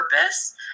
purpose